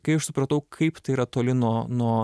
kai aš supratau kaip tai yra toli nuo nuo